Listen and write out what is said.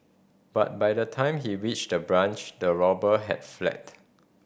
but by the time he reached the branch the robber had fled